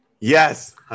Yes